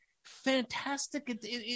Fantastic